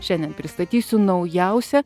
šiandien pristatysiu naujausią